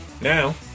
Now